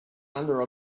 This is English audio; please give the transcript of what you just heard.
under